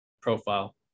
profile